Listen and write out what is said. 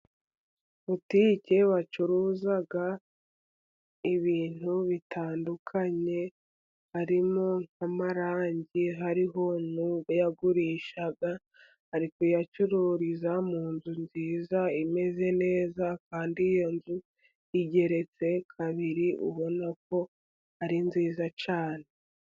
Butike bacuruza ibintu bitandukanye, harimo n'amarangi hariho nu yagurisha, ari kuyacururiza mu nzu nziza, imeze neza, kandi iyo nzu igeretse kabiri, ubona ko ari nziza cyane.